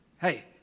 hey